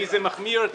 כי זה מחמיר את הבעיה.